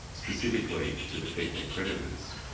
specifically to defeat their creditors,